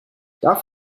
darf